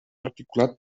articulat